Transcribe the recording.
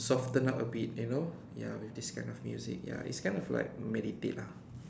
soften up a bit you know ya with this kind of music ya it's kind of like meditate lah